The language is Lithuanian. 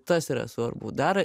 tas yra svarbu dar